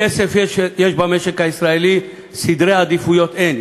כסף יש במשק הישראלי, סדרי עדיפויות אין.